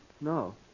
No